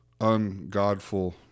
ungodful